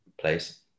place